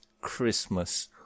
Christmas